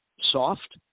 soft